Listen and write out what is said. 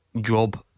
job